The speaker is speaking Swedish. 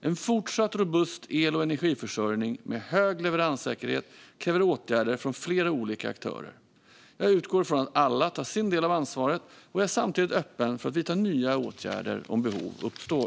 En fortsatt robust el och energiförsörjning med hög leveranssäkerhet kräver åtgärder från flera olika aktörer. Jag utgår från att alla tar sin del av ansvaret, och jag är samtidigt öppen för att vidta nya åtgärder om behov uppstår.